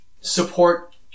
support